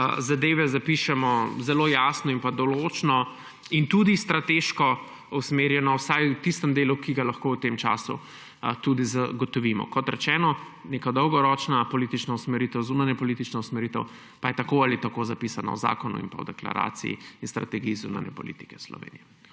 zadeve zapišemo zelo jasno in določno in tudi strateško usmerjeno, vsaj v tistem delu, ki ga lahko v tem času zagotovimo. Kot rečeno, neka dolgoročna zunanjepolitična usmeritev pa je tako ali tako zapisana v zakonu in v deklaraciji in strategiji zunanje politike Slovenije.